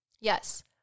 Yes